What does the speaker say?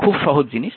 খুব সহজ জিনিস